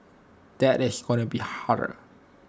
that is going to be harder